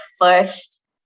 first